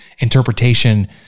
interpretation